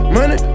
Money